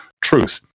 truth